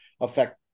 affect